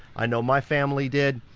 i know my family did.